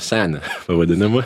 seni pavadinimu